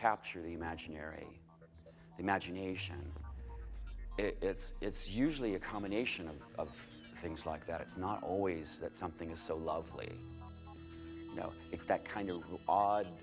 capture the imaginary imagination it's it's usually a combination of of things like that it's not always that something is so lovely you know it's that kind of odd